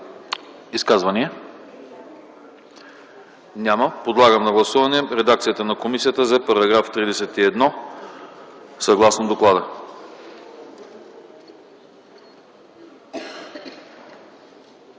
Изказвания няма. Подлагам на гласуване редакцията на комисията за § 93, съгласно доклада.